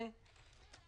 זה כבר בתוקף.